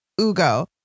Ugo